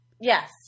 Yes